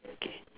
okay